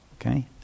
Okay